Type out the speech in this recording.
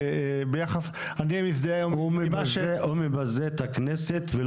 הוא לא מבזה אותי, הוא מבזה את הכנסת.